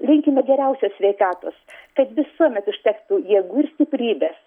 linkime geriausios sveikatos kad visuomet užtektų jėgų ir stiprybės